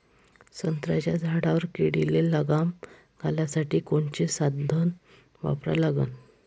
संत्र्याच्या झाडावर किडीले लगाम घालासाठी कोनचे साधनं वापरा लागन?